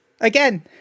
Again